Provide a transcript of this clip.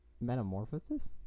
metamorphosis